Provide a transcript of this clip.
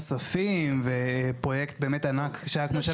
נוספים ופרויקט באמת ענק שהיה כמו של הניידות.